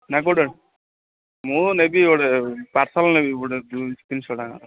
ନାଇ ଗୋଟେ ମୁଁ ନେବି ଗୋଟେ ପାର୍ସଲ୍ ନେବି ଗୋଟେ ତିନିଶହ ଟଙ୍କାର